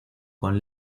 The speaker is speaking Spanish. con